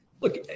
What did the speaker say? Look